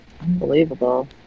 Unbelievable